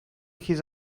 his